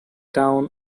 town